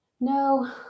No